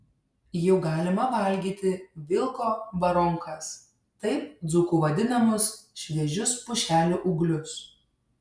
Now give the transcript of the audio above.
jau galima valgyti vilko baronkas taip dzūkų vadinamus šviežius pušelių ūglius